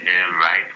right